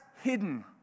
hidden